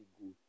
good